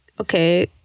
okay